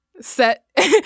Set